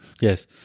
Yes